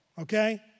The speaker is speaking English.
Okay